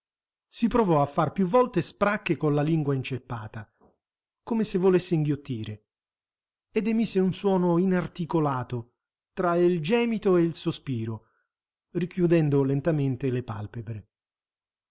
si provò a far più volte spracche con la lingua inceppata come se volesse inghiottire ed emise un suono inarticolato tra il gemito e il sospiro richiudendo lentamente le palpebre